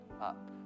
up